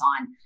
on